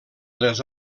les